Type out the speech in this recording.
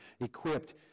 equipped